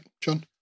John